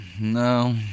No